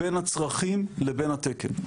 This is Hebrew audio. בין הצרכים לבין התקן,